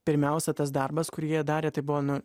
pirmiausia tas darbas kurį jie darė tai buvo nu